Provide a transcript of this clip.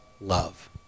love